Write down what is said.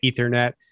Ethernet